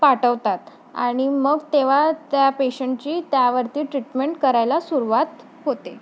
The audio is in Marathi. पाठवतात आणि मग तेव्हा त्या पेशंटची त्यावरती ट्रीटमेंट करायला सुरुवात होते